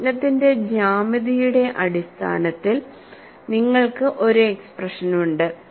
അതിനാൽ പ്രശ്നത്തിന്റെ ജ്യാമിതിയുടെ അടിസ്ഥാനത്തിൽ നിങ്ങൾക്ക് ഒരു എക്സ്പ്രഷനുണ്ട്